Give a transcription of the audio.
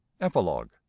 epilogue